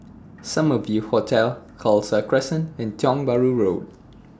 Summer View Hotel Khalsa Crescent and Tiong Bahru Road